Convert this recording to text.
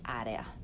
area